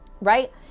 right